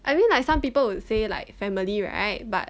I mean like some people would say like family right but